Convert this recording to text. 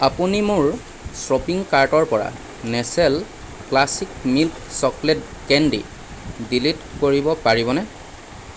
আপুনি মোৰ শ্ব'পিং কাৰ্টৰ পৰা Nestle classic milk chocolate candy delete কৰিব পাৰিবনে